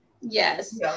Yes